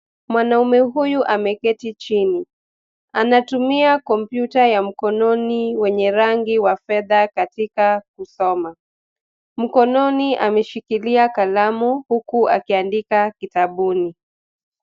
Mwanaume huyu ameketi chini. Anatumia kompyuta ya mkononi wenye rangi wa fedha katika kusoma. Mkononi ameshikilia kalamu huku akiandika kitabuni.